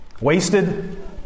wasted